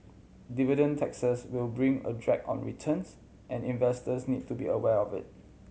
dividend taxes will bring a drag on returns and investors need to be aware of it